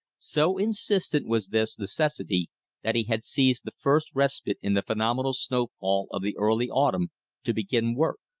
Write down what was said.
so insistent was this necessity that he had seized the first respite in the phenomenal snow-fall of the early autumn to begin work.